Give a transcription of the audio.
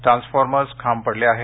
transformers खांब पडले आहेत